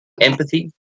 empathy